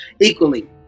equally